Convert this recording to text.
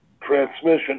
transmission